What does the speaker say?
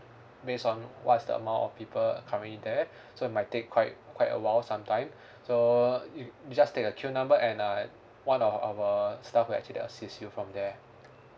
based on what's the amount of people currently there so might take quite quite a while sometime so uh you just take a queue number and uh one of our staff will actually assist you from there